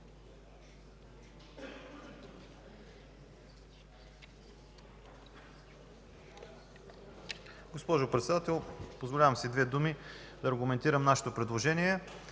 Госпожо Председател, позволявам си с две думи да аргументирам нашето предложение.